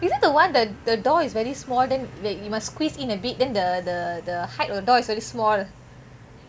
is it the one the the door is very small then like you must squeeze in a bit then the the the height of the door is very small